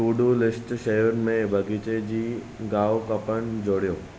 two do list शयुनि में बगीचे जी ॻाहु कपणु जोड़ियो